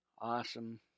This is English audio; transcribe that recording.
Awesome